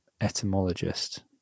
etymologist